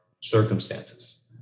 circumstances